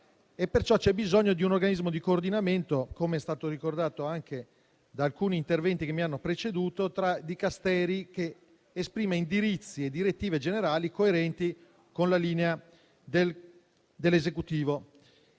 perciò c'è bisogno di un organismo di coordinamento tra Dicasteri - com'è stato ricordato anche da alcuni interventi che mi hanno preceduto - che esprima indirizzi e direttive generali coerenti con la linea dell'Esecutivo.